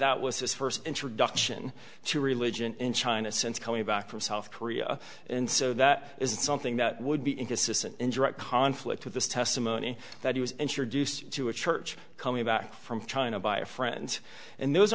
was his first introduction to religion in china since coming back from south korea and so that is something that would be inconsistent in direct conflict with the testimony that he was introduced to a church coming back from china by a friend and those